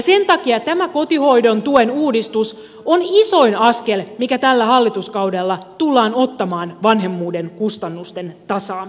sen takia tämä kotihoidon tuen uudistus on isoin askel mikä tällä hallituskaudella tullaan ottamaan vanhemmuuden kustannusten tasaamiseksi